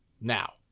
Now